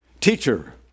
teacher